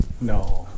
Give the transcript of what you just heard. No